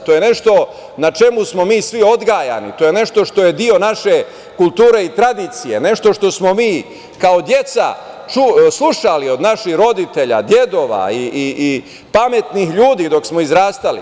To je nešto na čemu smo mi svi odgajani, to je nešto što je deo naše kulture i tradicije, nešto što smo mi kao deca slušali od naših roditelja, dedova i pametnih ljudi dok smo izrastali.